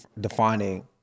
defining